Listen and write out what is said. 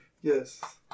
yes